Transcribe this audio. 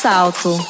Salto